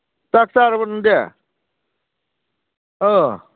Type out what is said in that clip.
ꯆꯥꯛ ꯆꯥꯔꯕꯣ ꯅꯪꯗꯤ ꯑꯣ